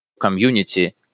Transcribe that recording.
community